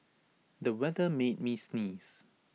the weather made me sneeze